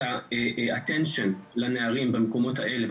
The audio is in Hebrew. את תשומת הלב לנערים ונערות במקומות האלה,